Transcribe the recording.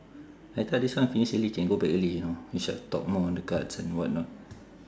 I thought this one finish early can go back early you know we should have talk more on the cards and whatnot